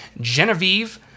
Genevieve